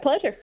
pleasure